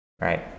right